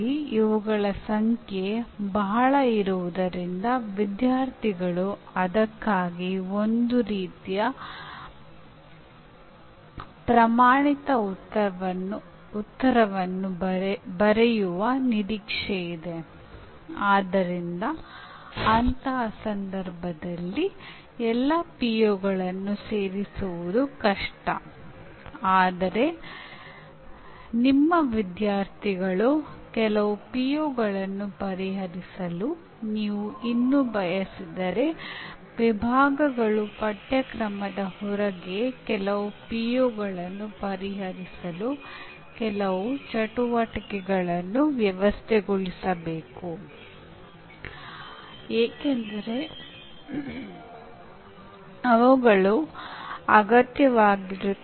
ಇದು ಬಹಳ ಮುಖ್ಯವಾದ ಗುಣಲಕ್ಷಣಗಳಲ್ಲಿ ಒಂದಾಗಿದೆ ಮತ್ತು ದುರದೃಷ್ಟವಶಾತ್ ಇಂದು ನೀವು ಹೆಚ್ಚಿನ ಪರೀಕ್ಷಾ ಪತ್ರಿಕೆಗಳು ಅಥವಾ ವಿಶ್ವವಿದ್ಯಾನಿಲಯದ ಪರೀಕ್ಷೆಗಳನ್ನು ನೋಡಿದರೆ ಅಂದಾಜುವಿಕೆ ಮತ್ತು ಪಠ್ಯಕ್ರಮದ ಪರಿಣಾಮಗಳ ನಡುವೆ ಒಟ್ಟು ಹೊಂದಾಣಿಕೆಯ ಕೊರತೆಯಿದೆ